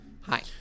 Hi